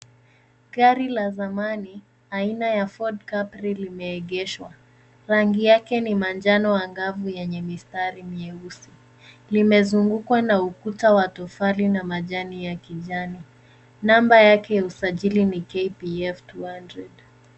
Gari la zamani aina ya Ford Capri limeegeshwa. Rangi yake ni manjano angavu yenye mistari mieusi. Limezungukwa na ukuta wa tofali na majani ya kijani. Namba yake ya usajili ni KPF2OO.